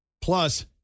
Plus